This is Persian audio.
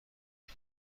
این